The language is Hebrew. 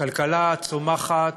הכלכלה צומחת